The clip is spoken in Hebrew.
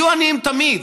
יהיו עניים תמיד,